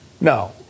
No